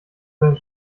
seine